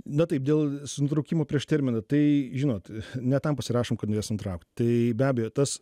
na tai dėl su nutraukimu prieš terminą tai žinot ne tam pasirašom kad jas nutraukt tai be abejo tas